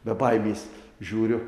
be baimės žiūriu